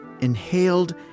inhaled